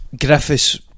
Griffiths